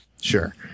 Sure